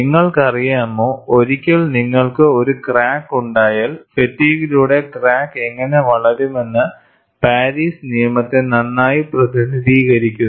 നിങ്ങൾക്കറിയാമോ ഒരിക്കൽ നിങ്ങൾക്ക് ഒരു ക്രാക്ക് ഉണ്ടായാൽ ഫാറ്റിഗ്ഗിലുടെ ക്രാക്ക് എങ്ങനെ വളരുമെന്ന് പാരീസ് നിയമത്തെ നന്നായി പ്രതിനിധീകരിക്കുന്നു